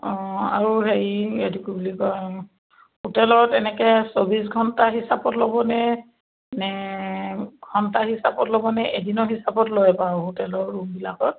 অঁ আৰু হেৰি এইটো কি বুলি কয় হোটেলত এনেকৈ চৌবিছ ঘণ্টা হিচাপত ল'বনে নে ঘণ্টা হিচাপত ল'বনে এদিনৰ হিচাপত লয় বাৰু হোটেলৰ ৰূমবিলাকত